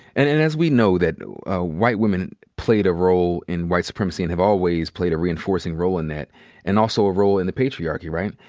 and and as we know that ah white women played a role in white supremacy and have always played a reinforcing role in that and also a role in the patriarchy, right?